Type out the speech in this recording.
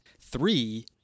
Three